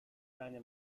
deine